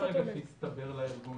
לא מרגע שהסתבר להם שקרה,